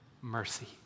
mercy